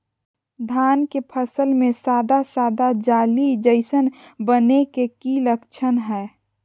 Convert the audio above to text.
धान के फसल में सादा सादा जाली जईसन बने के कि लक्षण हय?